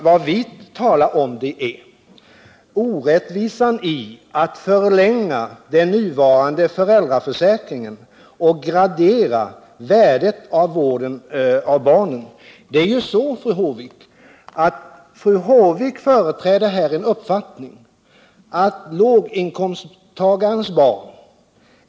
Vad vi talar om är orättvisan i att förlänga den nuvarande föräldraförsäkringen och gradera värdet av vård av barnen. Fru Håvik företräder här uppfattningen att det är värt 32 kr.